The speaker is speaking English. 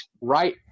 right